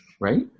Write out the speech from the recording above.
Right